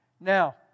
Now